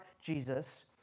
Jesus